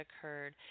occurred